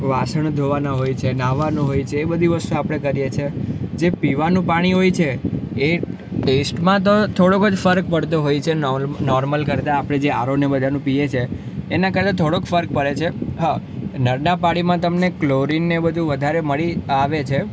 વાસણ ધોવાનાં હોય છે ન્હાવાનું હોય છે એ બધી વસ્તુઓ આપણે કરીે છીએ જે પીવાનું પાણી હોય છે એ ટેસ્ટમાં તો થોડોક જ ફરક પડતો હોય છે નોર્મલ કરતાં આપણે જે આરો ને બધાનું પીએ છીએ એનાં કરતાં થોડોક ફરક પડે છે હા નળનાં પાણીમાં તમને ક્લોરિન ને એ બધું વધારે મળી આવે છે